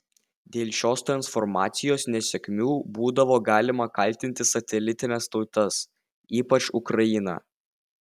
dėl šios transformacijos nesėkmių būdavo galima kaltinti satelitines tautas ypač ukrainą